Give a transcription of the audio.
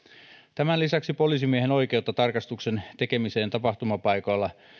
tämän lisäksi poliisimiehen oikeutta tarkastuksen tekemiseen tapahtumapaikoilla